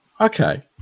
Okay